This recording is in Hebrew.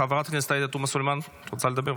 חברת הכנסת עאידה תומא סלימאן, את רוצה לדבר?